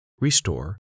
restore